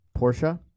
Porsche